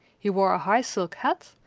he wore a high silk hat,